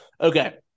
Okay